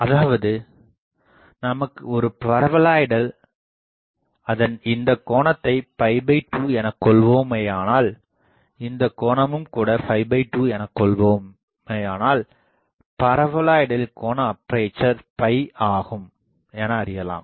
அதாவது நமக்கு ஒரு பரபோலாய்டில் அதன் இந்தக் கோணத்தை 2 எனக் கொள்வேமேயானால் இந்தக் கோணமும் கூட 2 எனக் கொள்வேமேயானால் பரபோலாய்டின் கோண அப்பேசர் ஆகும் என அறியலாம்